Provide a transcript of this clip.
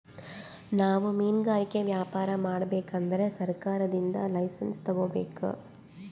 ನಾವ್ ಮಿನ್ಗಾರಿಕೆ ವ್ಯಾಪಾರ್ ಮಾಡ್ಬೇಕ್ ಅಂದ್ರ ಸರ್ಕಾರದಿಂದ್ ಲೈಸನ್ಸ್ ತಗೋಬೇಕ್